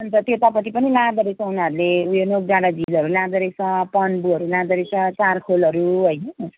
अनि त त्यतापट्टि पनि लाँदोरहेछ उनीहरूले ऊ यो नोकडाडाँ झिलहरू लाँदोरहेछ पन्बूहरू लाँदोरहेछ चारखोलहरू होइन